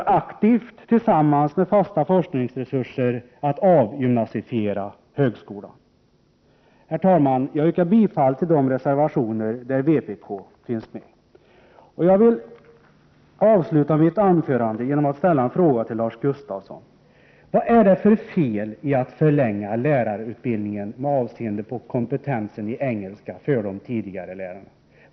Tillsammans med fasta forskningsresurser bidrar den aktivt till att ”avgymnasifiera” högskolan. Herr talman! Jag yrkar bifall till de reservationer där vpk finns med. Jag vill avsluta mitt anförande med att ställa ett par frågor till Lars Gustafsson. Vad är det för fel i att förlänga lärarutbildningen med avseende på kompentensen i engelska för de s.k. tidigarelärarna?